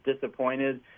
disappointed